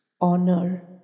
honor